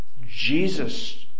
Jesus